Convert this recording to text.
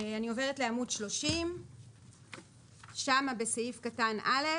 אני עוברת לעמוד 30. שם בסעיף קטן (א)